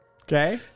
Okay